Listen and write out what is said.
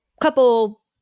Couple